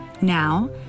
Now